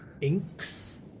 inks